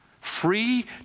Free